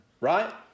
right